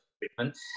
treatment